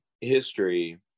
history